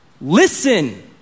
Listen